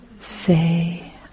Say